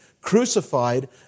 crucified